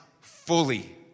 fully